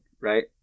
right